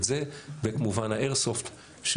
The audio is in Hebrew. את זה וכמובן האיירסופט,